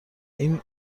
این